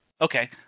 okay